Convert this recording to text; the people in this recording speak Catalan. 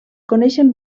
coneixen